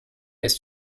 ist